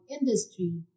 industry